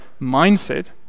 mindset